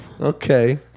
Okay